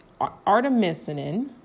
artemisinin